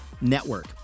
Network